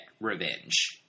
revenge